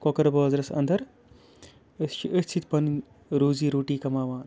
کۄکَر بازرَس اَندَر أسۍ چھِ أتھۍ سۭتۍ پَنٕنۍ روزی روٹی کَماوان